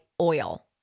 oil